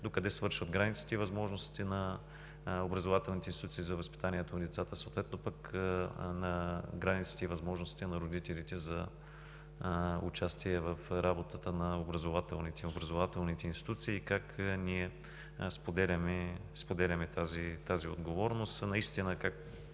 докъде свършват границите и възможностите на образователните институции за възпитанието на децата, съответно пък на границите и възможностите на родителите за участие в работата на образователните институции и как ние споделяме тази отговорност. Наистина, както